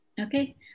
okay